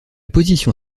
position